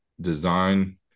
design